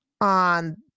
on